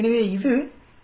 எனவே இது p 0